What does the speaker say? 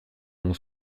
mon